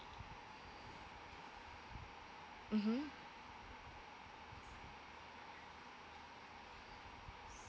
mmhmm